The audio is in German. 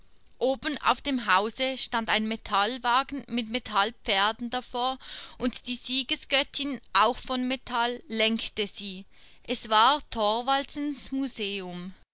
oben auf dem hause stand ein metallwagen mit metallpferden davor und die siegesgöttin auch von metall lenkte sie es war thorwaldsens museum